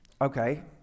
Okay